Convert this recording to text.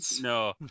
No